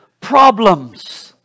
problems